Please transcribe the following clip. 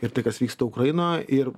ir tai kas vyksta ukrainoje ir